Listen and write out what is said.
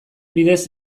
bidez